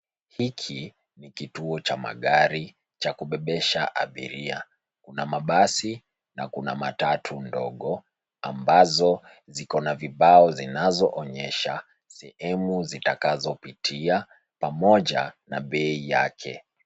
Hiki ni kituo cha magari, cha kubebesha abiria. Kuna mabasi, na kuna matatu ndogo, ambazo ziko na vibao zinazoonyesha, sehemu zitakazopitia, pamoja na bei yake.